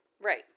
Right